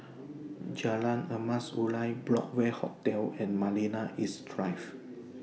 Jalan Emas Urai Broadway Hotel and Marina East Drive